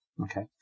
Okay